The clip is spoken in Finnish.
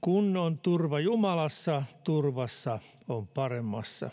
kun on turva jumalassa turvassa on paremmassa